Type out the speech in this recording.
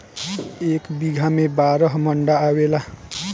एक बीघा में बारह मंडा आवेला